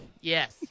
Yes